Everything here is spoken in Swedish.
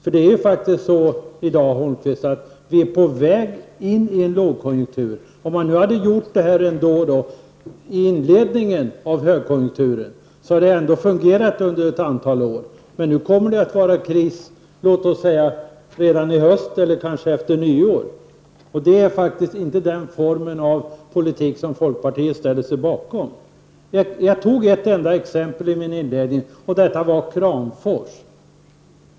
Vi är faktiskt i dag, Erik Holmkvist, på väg in i en lågkonjunktur. Hade denna förändring gjorts vid inledningen av högkonjunkturen hade den fungerat under ett antal år. Men nu blir det kris redan i höst eller kanske efter nyår. Det är faktiskt inte den form av politik som folkpartiet ställer sig bakom. Jag tog upp ett enda exempel i mitt inledningsanförande. Det var Kramfors.